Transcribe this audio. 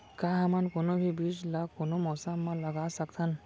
का हमन कोनो भी बीज ला कोनो मौसम म लगा सकथन?